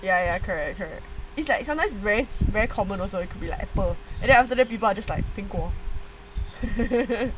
ya ya correct correct it's like sometimes very very common also it could be like apple and then after that people are just like 苹果